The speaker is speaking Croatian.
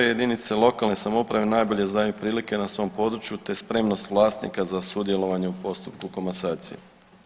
Jedinice lokalne samouprave najbolje znaju prilike na svojem području te spremnost vlasnika za sudjelovanje u postupku komasacije.